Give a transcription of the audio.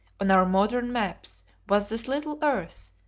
on our modern maps, was this little earth,